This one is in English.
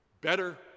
Better